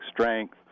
strength